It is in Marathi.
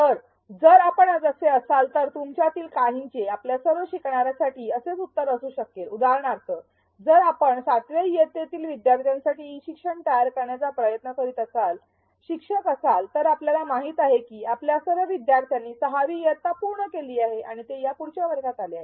तर जर आपण तसे असाल तर तुमच्यातील काहींचे आपल्या सर्व शिकणाऱ्यासाठी असेच उत्तर असू शकेल उदाहरणार्थ जर आपण सातव्या इयत्तेतील विद्यार्थ्यांसाठी ई शिक्षण तयार करण्याचा प्रयत्न करीत शिक्षक असाल तर आपल्याला माहित आहे की आपल्या सर्व विद्यार्थ्यांनी सहावी इयत्ता पूर्ण केली आहे आणि ते या पुढच्या वर्गात आले आहेत